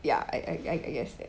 ya I I guess that